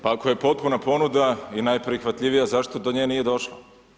Pa ako je potpuna ponuda i najprihvatljivija, zašto do nje nije došlo?